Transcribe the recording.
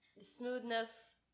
smoothness